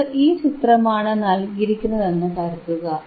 നമുക്ക് ഈ ചിത്രമാണ് നൽകിയിരിക്കുന്നതെന്നു കരുതുക